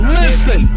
listen